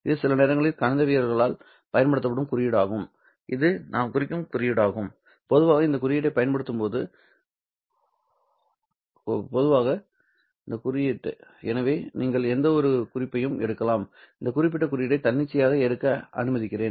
இது சில நேரங்களில் கணிதவியலாளர்களால் பயன்படுத்தப்படும் குறியீடாகும் இது நாம் குறிக்கும் குறியீடாகும் பொதுவாக இந்த குறியீட்டைப் பயன்படுத்துகிறோம் எனவே நீங்கள் எந்தவொரு குறிப்பையும் எடுக்கலாம் இந்த குறிப்பிட்ட குறியீட்டை தன்னிச்சையாக எடுக்க அனுமதிக்கிறேன்